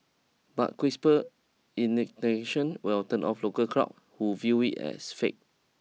but crisper will turn off local crowds who view it as fake